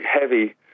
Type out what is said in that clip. heavy